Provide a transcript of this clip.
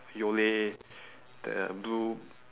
yole the blue